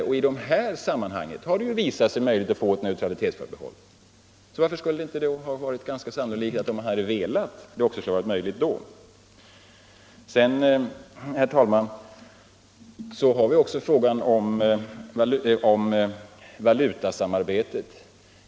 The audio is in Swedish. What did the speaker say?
I fråga om den internationella energipolitiken har det ju visat sig möjligt att få ett neutralitetsförbehåll. Varför hade det inte varit sannolikt, ifall den svenska regeringen hade önskat det, att den också skulle ha kunnat få ett sådant förbehåll i avtalet med EG? Vidare har vi frågan om valutasamarbetet.